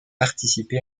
participé